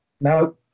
No